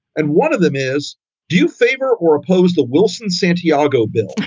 and one of them is do you favor or oppose the wilson santiago bill?